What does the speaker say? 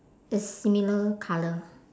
is similar colour